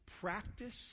Practice